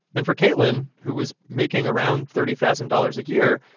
and for kaitlyn, who was making around thirty thousand dollars a year,